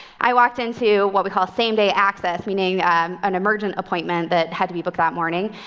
i walked into what we call same-day access, meaning an emergent appointment that had to be booked that morning.